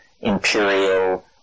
imperial